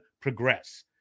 progress